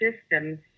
systems